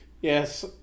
Yes